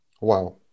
Wow